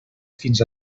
fins